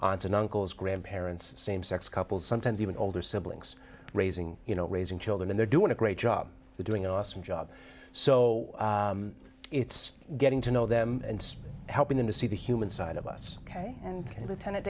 aunts and uncles grandparents same sex couples sometimes even older siblings raising you know raising children they're doing a great job doing an awesome job so it's getting to know them and helping them to see the human side of us ok and the tenant